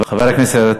חבר הכנסת